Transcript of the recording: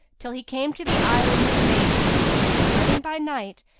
till he came to the island of the magians and, landing by night,